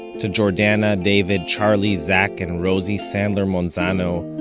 to jordana, david, charlie, zach and rosie sandler-monzano,